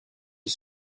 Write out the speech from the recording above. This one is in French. est